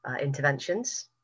interventions